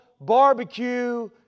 barbecue